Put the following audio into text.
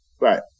Right